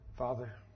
Father